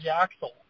axle